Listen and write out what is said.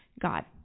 God